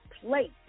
place